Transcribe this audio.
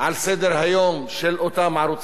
על סדר-היום של אותם ערוצים,